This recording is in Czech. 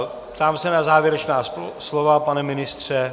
Ptám se na závěrečná slova pane ministře?